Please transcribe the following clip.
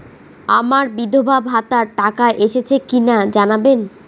আমার বিধবাভাতার টাকা এসেছে কিনা জানাবেন?